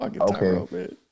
Okay